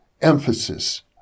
emphasis